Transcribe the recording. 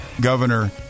Governor